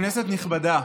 כנסת נכבדה,